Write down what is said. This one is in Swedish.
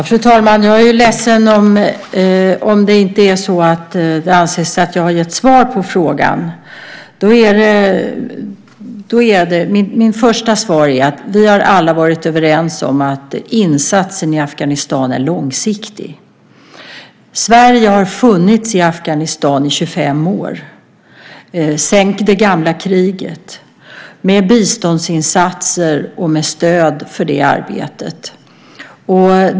Fru talman! Jag är ledsen om det inte anses att jag har gett svar på frågan. Mitt första svar är att vi alla har varit överens om att insatsen i Afghanistan är långsiktig. Sverige har funnits i Afghanistan i 25 år, sedan det gamla kriget, med biståndsinsatser och med stöd för det arbetet.